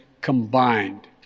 combined